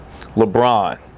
LeBron